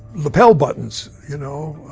lapel buttons, you know,